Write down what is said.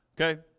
Okay